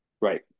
Right